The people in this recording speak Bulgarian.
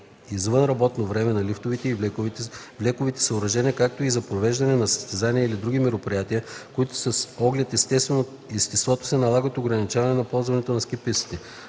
извънработно време на лифтовите и влековите съоръжения, както и за провеждане на състезания или други мероприятия, които с оглед естеството си налагат ограничаване на ползването на ски пистата.